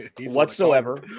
Whatsoever